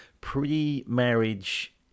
pre-marriage